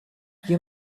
you